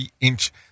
inch